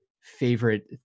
favorite